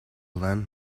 lend